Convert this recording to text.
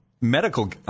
medical